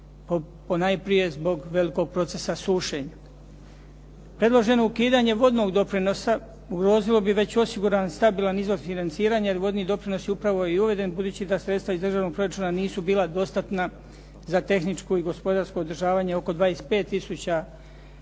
Ponajprije zbog velikog procesa sušenja. Preloženo ukidanje vodnog doprinosa ugrozilo bi već osiguran stabilan izvoz financiranja jer vodni doprinos je upravo i uveden budući da sredstva iz državnog proračuna nisu bila dostatna za tehničko i gospodarsko održavanje oko 25 tisuća